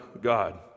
God